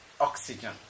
oxygen